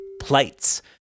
plates